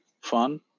fun